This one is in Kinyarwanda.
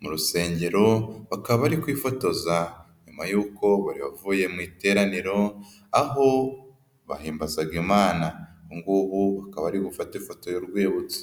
mu rusengero, bakaba bari kwifotoza nyuma y'uko bari bavuye mu iteraniro aho bahimbazaga Imana, ubu ngubu bakaba ari gufate ifoto y'urwibutso.